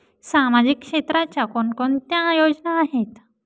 सामाजिक क्षेत्राच्या कोणकोणत्या योजना आहेत?